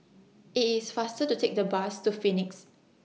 IT IS faster to Take The Bus to Phoenix